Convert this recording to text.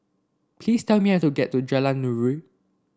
please tell me how to get to Jalan Nuri